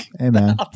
Amen